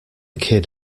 kid